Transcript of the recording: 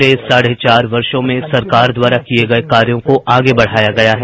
पिछले साढ़े चार वर्षो में सरकार द्वारा किए गए कार्यों को आगे बढ़ाया गया है